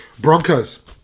Broncos